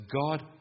God